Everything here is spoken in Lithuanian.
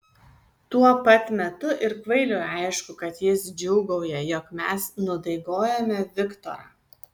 tuo pat metu ir kvailiui aišku kad jis džiūgauja jog mes nudaigojome viktorą